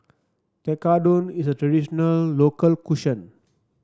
Tekkadon is a traditional local